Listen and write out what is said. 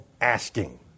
asking